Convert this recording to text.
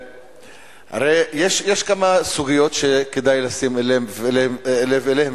יש כמה סוגיות שכדאי לשים לב אליהן,